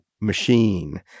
machine